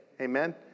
Amen